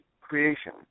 creation